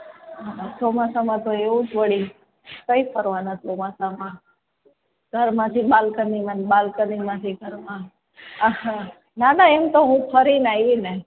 ચોમાસામાં તો એવું જ વળી કઈ ફરવાના ચોમાસામાં ઘરમાંથી બાલ્કનીમાં બાલ્કનીમાંથી ઘરમાં ના ના એમ તો હું ફરીને આઈને